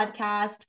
podcast